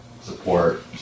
support